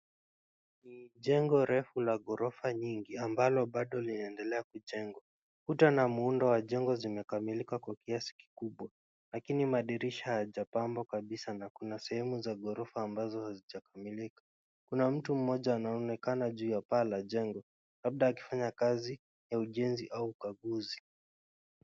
Ni jengo refu la ghorofa nyingi ambalo bado linaendelea kujengwa. Kuta na muundo wa jengo zimekamilika kwa kiasi kikubwa lakini madirisha hayajapambwa kabisa na kuna sehemu za ghorofa ambazo hazijakamilika. Kuna mtu mmoja anaonekana juu ya paa la jengo, labda akifanya kazi ya ujenzi au ukaguzi.